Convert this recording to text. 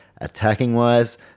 attacking-wise